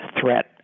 threat